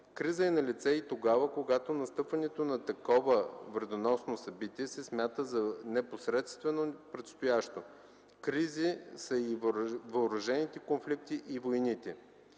Криза е налице и тогава, когато настъпването на такова вредоносно събитие се смята за непосредствено предстоящо. Кризи са и въоръжените конфликти и войните.”